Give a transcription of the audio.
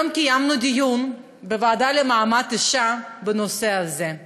היום קיימנו דיון בוועדה למעמד האישה בנושא הזה.